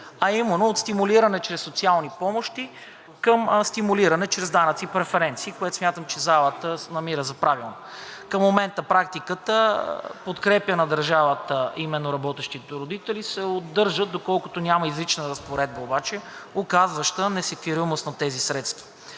а именно от стимулиране чрез социални помощи към стимулиране чрез данъци и преференции, което смятам, че залата намира за правилно. Към момента на практика подкрепата на държавата за работещите родители се удържа, доколкото няма изрична разпоредба, оказваща несеквестируемост на тези средства.